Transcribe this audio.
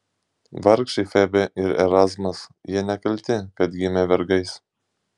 vargšai febė ir erazmas jie nekalti kad gimė vergais